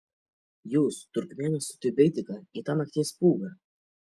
jūs turkmėnas su tiubeteika į tą nakties pūgą